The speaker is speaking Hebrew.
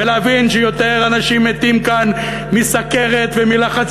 ולהבין שיותר אנשים מתים כאן מסוכרת ומלחץ